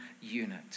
unit